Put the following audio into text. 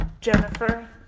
Jennifer